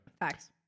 Thanks